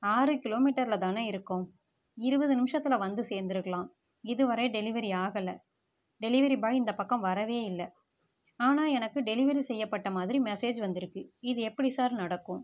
ஆறு கிலோமீட்டரில் தான இருக்கோம் இருபது நிமிஷத்தில் வந்து சேர்ந்துருக்கலாம் இது வரை டெலிவரி ஆகலை டெலிவரி பாய் இந்த பக்கம் வரவே இல்லை ஆனால் எனக்கு டெலிவரி செய்யப்பட்டமாதிரி மெசேஜ் வந்திருக்கு இது எப்படி சார் நடக்கும்